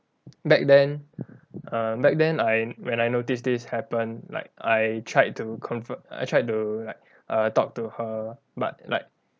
back then err back then I when I noticed this happened like I tried to comfort I tried to like err talk to her but like